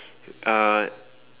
uh